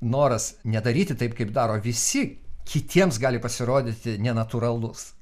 noras nedaryti taip kaip daro visi kitiems gali pasirodyti nenatūralus